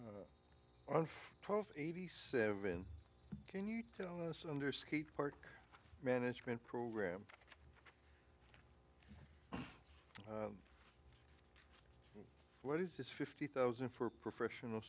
eighty seven can you tell us under skatepark management program what is this fifty thousand for professional